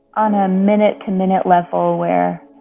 on a minute can minute level where,